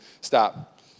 Stop